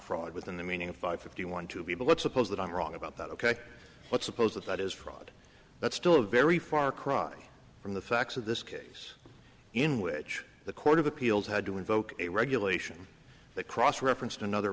fraud within the meaning of five fifty one to be but let's suppose that i'm wrong about that ok but suppose that that is fraud that's still a very far cry from the facts of this case in which the court of appeals had to invoke a regulation that cross referenced another